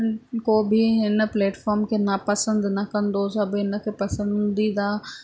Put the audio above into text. को बि हिन प्लैटफ़ॉम खे ना पसंदि न कंदो सभु हिनखे पसंदीदा